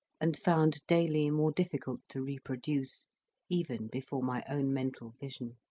and found daily more difficult to reproduce even before my own mental vision.